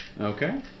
Okay